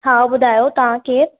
हा ॿुधायो तव्हां केरु